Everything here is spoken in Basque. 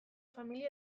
familia